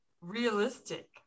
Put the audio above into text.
realistic